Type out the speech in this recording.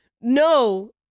no